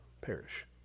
perish